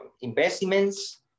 investments